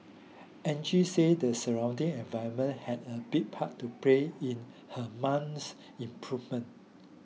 Angie said the surrounding environment had a big part to play in her mum's improvement